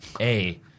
A-